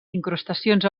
incrustacions